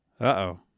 Uh-oh